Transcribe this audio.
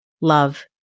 love